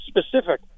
specific